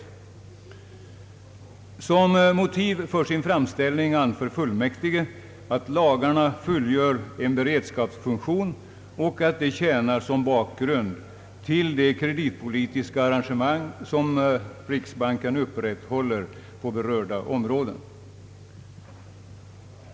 Såsom motiv för sin framställning anför fullmäktige att lagarna fullgör en beredskapsfunktion och att de tjänar som bakgrund till de kreditpolitiska arrangemang som riksbanken upprätthåller på berörda områden.